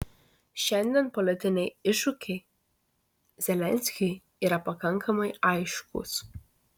šiandien politiniai iššūkiai zelenskiui yra pakankamai aiškūs